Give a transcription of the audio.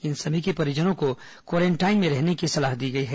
इन सभी के परिजनों को क्वारेंटाइन में रहने की सलाह दी गई है